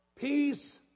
peace